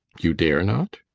you dare not?